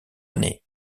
année